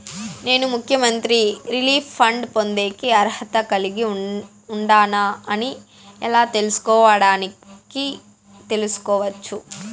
నేను ముఖ్యమంత్రి relief fund పొందేకి అర్హత కలిగి ఉండానా అని ఎలా తెలుసుకోవడానికి తెలుసుకోవచ్చు